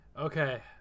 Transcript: Okay